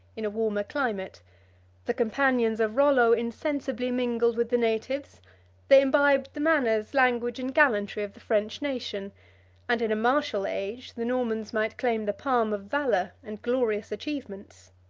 in a warmer climate the companions of rollo insensibly mingled with the natives they imbibed the manners, language, and gallantry, of the french nation and in a martial age, the normans might claim the palm of valor and glorious achievements.